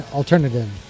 alternative